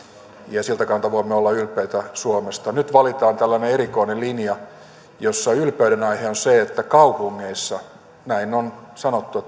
ja siltä kannalta voimme olla ylpeitä suomesta nyt valitaan tällainen erikoinen linja jossa ylpeydenaihe on se että kaupungeissa näin on sanottu